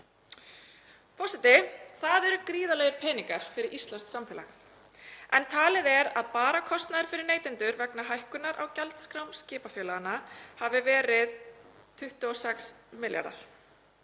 Það eru gríðarlegir peningar fyrir íslenskt samfélag. Talið er að bara kostnaður fyrir neytendur vegna hækkunar á gjaldskrám skipafélaganna hafi verið 26 milljarðar.